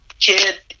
Kid